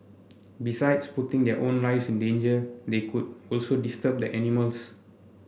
besides putting their own lives in danger they could also disturb the animals